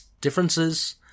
differences